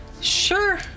Sure